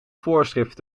voorschrift